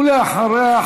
ואחריה,